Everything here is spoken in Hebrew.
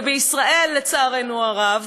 בישראל, לצערנו הרב,